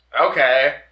Okay